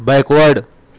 back ward